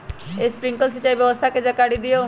Sprinkler सिंचाई व्यवस्था के जाकारी दिऔ?